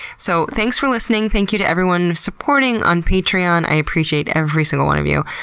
so thanks for listening. thank you to everyone supporting on patreon. i appreciate every single one of you.